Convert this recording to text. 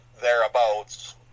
thereabouts